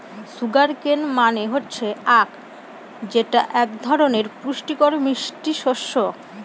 sugar কেন মানে হচ্ছে আঁখ যেটা এক ধরনের পুষ্টিকর মিষ্টি শস্য